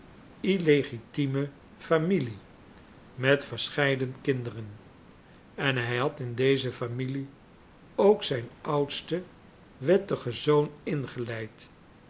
illegitime familie met verscheiden kinderen en hij had in deze familie ook zijn oudsten wettigen zoon ingeleid